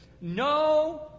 No